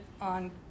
on